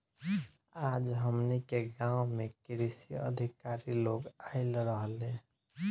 आज हमनी के गाँव में कृषि अधिकारी लोग आइल रहले